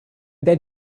then